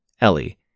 Ellie